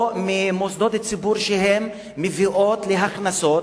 או ממוסדות הציבור שמביאים להכנסות.